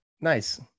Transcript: nice